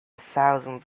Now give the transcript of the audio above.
thousands